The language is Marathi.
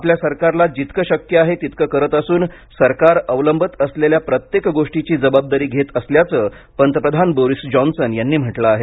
आपल्या सरकारला जितकं शक्य आहे तितकं करत असून सरकार अवलंबत असलेल्या प्रत्येक गोष्टीची जबाबदारी घेत असल्याचं पंतप्रधान बोरिस जॉनसन यांनी म्हटलं आहे